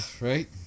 right